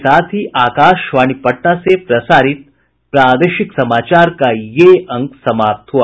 इसके साथ ही आकाशवाणी पटना से प्रसारित प्रादेशिक समाचार का ये अंक समाप्त हुआ